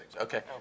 Okay